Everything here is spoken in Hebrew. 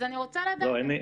אז אני רוצה לדעת --- לא,